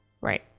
Right